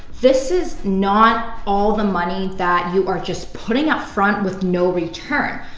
this is not all the money that you are just putting up front with no return.